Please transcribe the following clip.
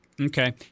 Okay